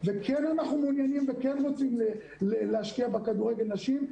כך שאנחנו כן מעוניינים ורוצים להשקיע בכדורגל נשים,